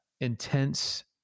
intense